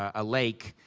ah a lake,